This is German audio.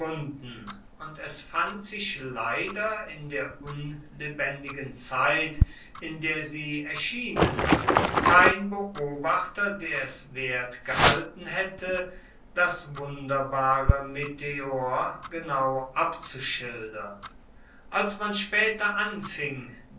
und es fand sich leider in der unlebendigen zeit in der sie erschienen kein beobachter der es wert gehalten hätte das wunderbare meteor genau abzuschildern als man später anfing